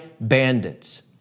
bandits